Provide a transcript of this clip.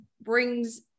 brings